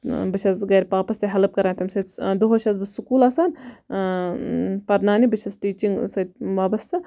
بہٕ چھَس گَرِ پاپَس تہِ ہیٚلپ کَران تمہِ ستۍ دۄہَس چھَس بہٕ سُکول آسان پَرناونہٕ بہٕ چھَس ٹیٖچِنٛگ سۭتۍ وابستہٕ